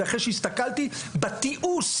זה אחרי שהסתכלתי בתיעוש,